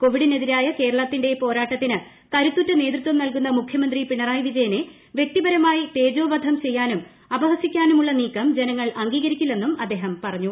കോവിഡിനെതിരായ കേരളത്തിന്റെ പോരാട്ടത്തിന് കരുത്തുറ്റ നേതൃത്വം നൽകുന്ന മുഖ്യമന്ത്രി പിണറായി വിജയനെ വ്യക്തിപരമായി തേജോവധം ചെയ്യാനും അപഹസിക്കാനുമുള്ള നീക്കം ജനങ്ങൾ അംഗീകരിക്കില്ലെന്നും അദ്ദേഹം പറഞ്ഞു